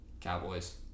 Cowboys